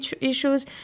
issues